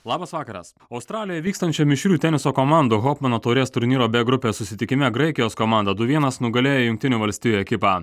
labas vakaras australijoje vykstančio mišrių teniso komandų hofmano taurės turnyro b grupės susitikime graikijos komanda du vienas nugalėjo jungtinių valstijų ekipą